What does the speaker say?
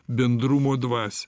bendrumo dvasią